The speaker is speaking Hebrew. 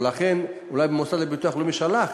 ולכן אולי המוסד לביטוח לאומי שלח